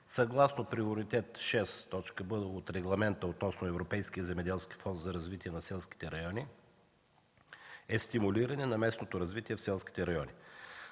съгласно Приоритет 6.б на Регламент от Европейския земеделски фонд за развитие на селските райони е стимулирането на местното развитие в селските райони.